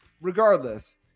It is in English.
Regardless